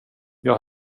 jag